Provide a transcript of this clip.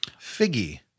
figgy